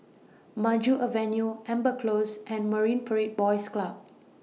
Maju Avenue Amber Close and Marine Parade Boys Club